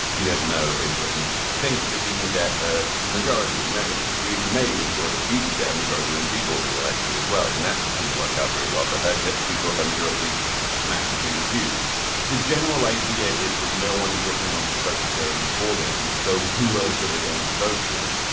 you never know in britain thinks that he can get a majority. remember that theresa may was sure that she could get a majority when she golden an election as well and that didn't work out very well for her. she saw her majority massively reduced the general idea is that no one in britain wants to vote for jeremy corbyn. so who else are they going to vote for.